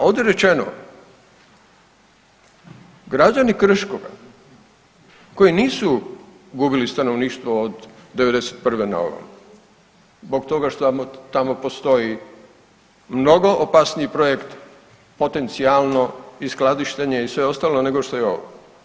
Ovdje je rečeno, građani Krškoga koji nisu gubili stanovništvo od '91. na ovamo zbog toga što tamo postoji mnogo opasniji projekt potencijalno i skladištenje i sve ostalo nego što je ovo.